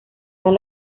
son